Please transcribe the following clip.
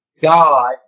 God